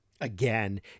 Again